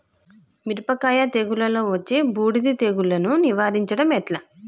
మిరపకాయ తెగుళ్లలో వచ్చే బూడిది తెగుళ్లను నివారించడం ఎట్లా?